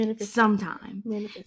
sometime